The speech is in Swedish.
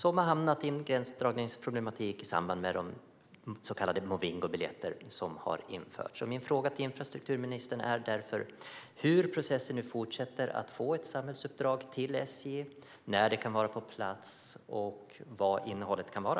De har hamnat i en gränsdragningsproblematik i samband med de så kallade movingobiljetter som har införts. Min fråga till infrastrukturministern är därför: Hur fortsätter processen med ett samhällsuppdrag till SJ? När kan det vara på plats och vad kan innehållet vara?